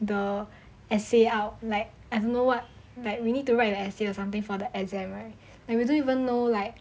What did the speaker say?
the essay out like I don't know what like we need to write the essay or something for the exam right and we don't even know like